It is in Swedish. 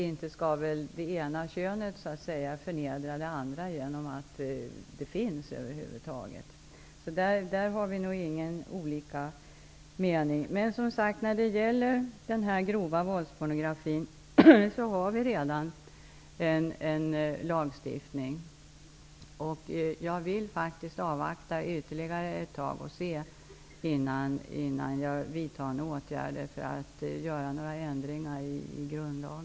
Inte skall väl det ena könet så att säga förnedra det andra? I det fallet har vi nog inte olika meningar. Men, som sagt, när det gäller den här grova våldspornografin finns det redan en lagstiftning, och jag vill faktiskt avvakta ytterligare ett tag innan jag vidtar några åtgärder när det gäller ändringar i grundlag.